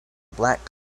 black